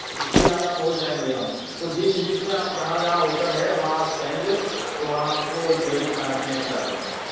फिर आगरा पहुँच जाएँगे हम तो बीच बीच में आप जहाँ जहाँ होटल हैं वहाँ आप कहेंगे तो वहाँ आपको जो भी खाना पीना खिला देंगे